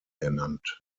ernannt